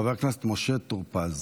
חבר הכנסת משה טור פז.